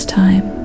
time